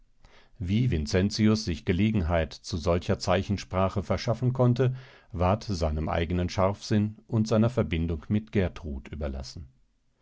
wie vincentius sich gelegenheit zu solcher zeichensprache verschaffen konnte ward seinem eigenen scharfsinn und seiner verbindung mit gertrud überlassen